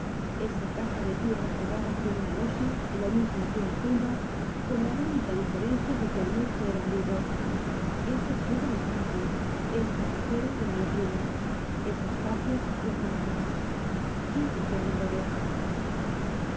esa caja de piedra cerrada con una losa lo mismo que una tumba con la única diferencia de que el muerto era un vivo ese suelo de fango ese agujero de la letrina esas tapias rezumadas que declamadores